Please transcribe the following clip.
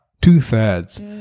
Two-thirds